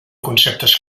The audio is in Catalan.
conceptes